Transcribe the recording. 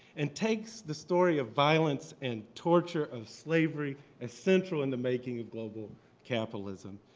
and takes the story of violence and torture of slavery as central in the making of global capitalism.